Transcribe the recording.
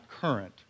current